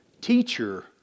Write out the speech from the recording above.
Teacher